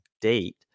date